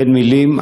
אין מילים.